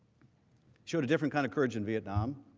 showed different kind of courage in vietnam